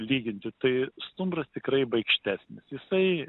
lyginti tai stumbras tikrai baikštesnis jisai